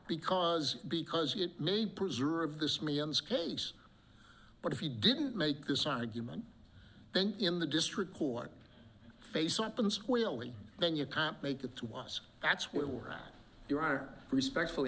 because because you may preserve this millions case but if you didn't make this argument then in the district court faced up and squarely then you can't make it to us that's where we're you are respectfully